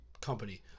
company